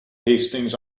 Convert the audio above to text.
hastings